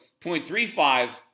0.35